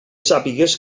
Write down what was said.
sàpigues